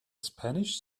spanish